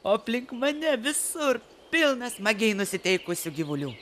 o aplink mane visur pilna smagiai nusiteikusių gyvulių